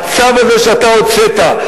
הצו הזה שאתה הוצאת,